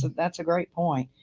that's a great point.